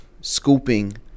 scooping